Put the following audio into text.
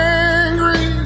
angry